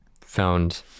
found